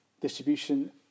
distribution